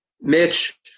Mitch